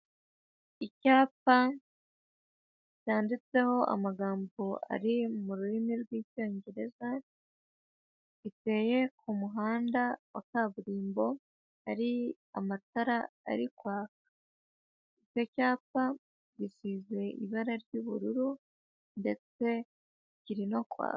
Icyapa cyanditseho amagambo ari mu rurimi rw'icyongereza, giteye ku muhanda wa kaburimbo, hari amatara ari kwaka, icyo cyapa gisize ibara ry'ubururu, ndetse kiri no kwaka.